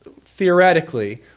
theoretically